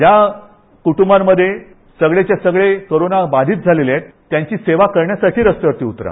ज्या कुटुंबांमधे सगळेच्या सगळे कोरोनाबाधीत झालेले आहेत त्यांची सेवा करण्यासाठी रस्त्यावरती उतरा